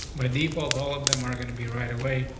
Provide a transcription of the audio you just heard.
by default, all of them are going to be right away.